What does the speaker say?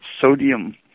sodium